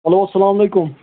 hello سَلام علیکُم